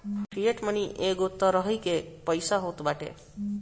fiat money एगो तरही कअ पईसा होत बाटे